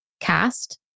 Cast